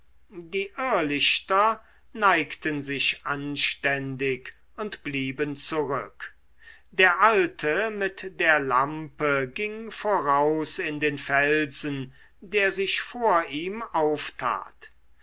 die irrlichter neigten sich anständig und blieben zurück der alte mit der lampe ging voraus in den felsen der sich vor ihm auftat